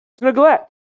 Neglect